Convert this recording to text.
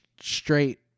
straight